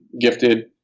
gifted